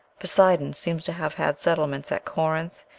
poseidon seems to have had settlements at corinth,